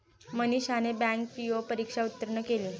मनीषाने bank PO परीक्षा उत्तीर्ण केली